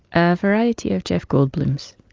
a variety of jeff goldblums.